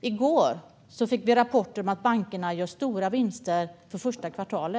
I går fick vi rapport om att bankerna gjort stora vinster årets första kvartal.